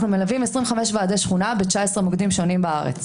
אנחנו מלווים 25 ועדי שכונה ב-19 מוקדים שונים בארץ.